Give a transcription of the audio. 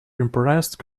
impressed